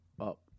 up